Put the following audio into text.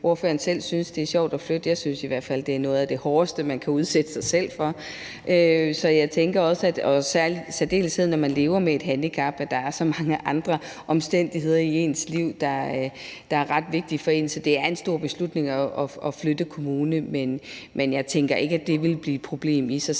ordføreren selv synes, det er sjovt at flytte. Jeg synes i hvert fald, at det er noget af det hårdeste, man kan udsætte sig selv for – og i særdeleshed, når man lever med et handicap, hvor der er så mange andre omstændigheder i ens liv, der er ret vigtige for en. Så det er en stor beslutning at flytte kommune. Men jeg tænker ikke, at det vil blive et problem i sig